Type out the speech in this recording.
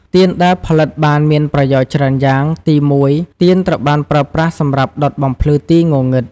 ទៀនដែលផលិតបានមានប្រយោជន៍ច្រើនយ៉ាង ទីមួយ ទៀនត្រូវបានប្រើប្រាស់សម្រាប់ដុតបំភ្លឺទីងងឹត។